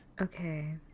Okay